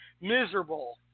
miserable